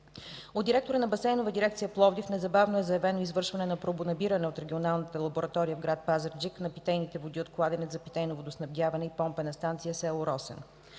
От директора на Басейнова дирекция – Пловдив, незабавно е заявено извършване на пробонабиране от Регионалната лаборатория в град Пазарджик на питейните води от Кладенец за питейно водоснабдяване и Помпена станция – село Росен.